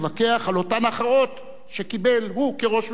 על אותן הכרעות שקיבל הוא כראש ממשלה.